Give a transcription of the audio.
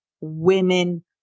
women